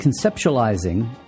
conceptualizing